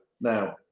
now